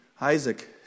Isaac